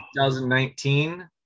2019